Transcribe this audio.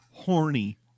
horny